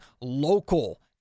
local